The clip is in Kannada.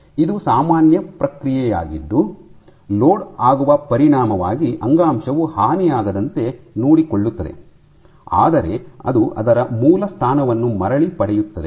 ಇದು ಸಾಮಾನ್ಯ ಪ್ರಕ್ರಿಯೆಯಾಗಿದ್ದು ಲೋಡ್ ಆಗುವ ಪರಿಣಾಮವಾಗಿ ಅಂಗಾಂಶವು ಹಾನಿಯಾಗದಂತೆ ನೋಡಿಕೊಳ್ಳುತ್ತದೆ ಆದರೆ ಅದು ಅದರ ಮೂಲ ಸ್ಥಾನವನ್ನು ಮರಳಿ ಪಡೆಯುತ್ತದೆ